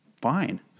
Fine